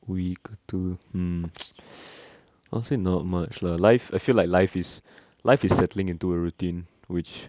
week or two hmm I'll say not much lah life I feel like life is life is settling into a routine which